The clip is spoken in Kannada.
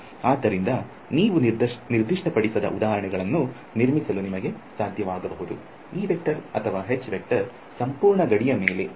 ಆದ್ದರಿಂದ ನೀವು ನಿರ್ದಿಷ್ಟಪಡಿಸದ ಉದಾಹರಣೆಗಳನ್ನು ನಿರ್ಮಿಸಲು ನಿಮಗೆ ಸಾಧ್ಯವಾಗಬಹುದು ಅಥವಾ ಸಂಪೂರ್ಣ ಗಡಿಯ ಮೇಲೆ